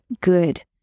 good